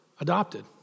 adopted